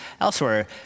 elsewhere